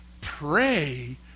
pray